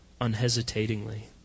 unhesitatingly